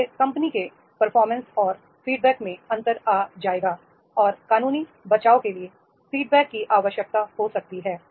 इससे कंपनी के परफॉर्मेंस और फीडबैक में अंतर आ जाएगा और कानूनी बचाव के लिए फीडबैक की आवश्यकता हो सकती है